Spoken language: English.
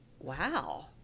wow